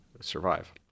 survive